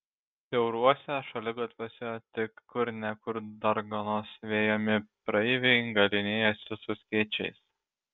siauruose šaligatviuose tik kur ne kur darganos vejami praeiviai galynėjosi su skėčiais